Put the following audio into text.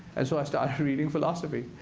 and so i started reading philosophy.